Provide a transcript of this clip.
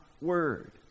word